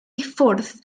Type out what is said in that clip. ffwrdd